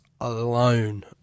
alone